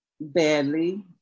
badly